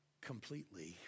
completely